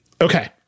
Okay